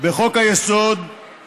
בחוק-היסוד יש